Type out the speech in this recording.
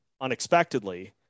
unexpectedly